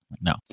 No